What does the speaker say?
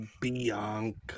Bianca